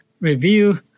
review